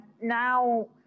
now